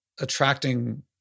attracting